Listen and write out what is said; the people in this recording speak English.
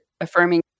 affirming